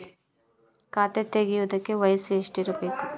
ಖಾತೆ ತೆಗೆಯಕ ವಯಸ್ಸು ಎಷ್ಟಿರಬೇಕು?